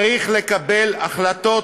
צריך לקבל החלטות,